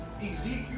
Ezekiel